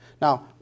Now